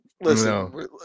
Listen